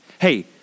Hey